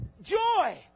joy